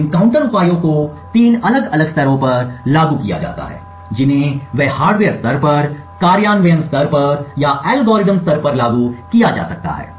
तो इन काउंटर उपायों को तीन अलग अलग स्तरों पर लागू किया गया है जिन्हें वे हार्डवेयर स्तर पर कार्यान्वयन स्तर पर या एल्गोरिथ्म स्तर पर लागू किया जा सकता है